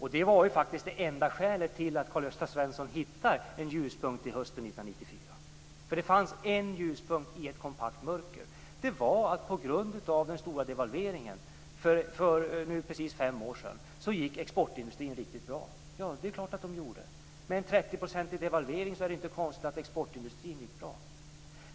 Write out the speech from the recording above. Det är det enda skälet till att Karl-Gösta Svenson hittar en ljuspunkt hösten 1994. Det fanns en ljuspunkt i ett kompakt mörker. På grund av den stora devalveringen för nu precis fem år sedan gick exportindustrin riktigt bra. Det är klart att den gjorde. Med en trettioprocentig devalvering är det inte konstigt exportindustrin gick bra.